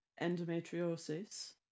endometriosis